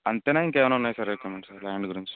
అంతనే ఇంకేమన్నా ఉన్నాయి సార్ ల్యాండ్ గురించి